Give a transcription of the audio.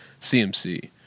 CMC